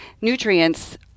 nutrients